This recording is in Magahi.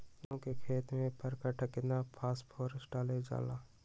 गेंहू के खेती में पर कट्ठा केतना फास्फोरस डाले जाला?